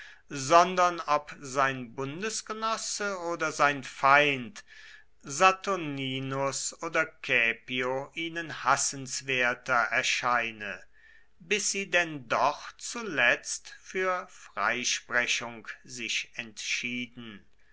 sondern ob sein bundesgenosse oder sein feind saturninus oder caepio ihnen hassenswerter erscheine bis sie denn doch zuletzt für freisprechung sich entschieden